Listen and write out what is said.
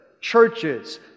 Churches